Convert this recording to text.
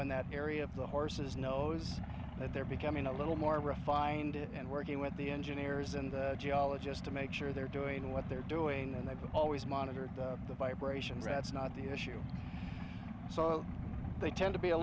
in that area of the horse's nose that they're becoming a little more refined and working with the engineers and geologists to make sure they're doing what they're doing and i've always monitored the vibration rats not the issue so they tend to be a